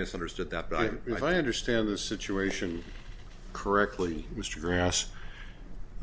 misunderstood that i'm if i understand the situation correctly mr grass